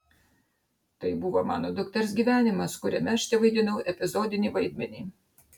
tai buvo mano dukters gyvenimas kuriame aš tevaidinau epizodinį vaidmenį